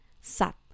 Sat